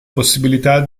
possibilità